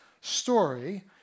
story